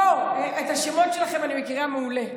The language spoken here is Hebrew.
בואו, את השמות שלכם אני מכירה מעולה.